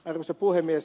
arvoisa puhemies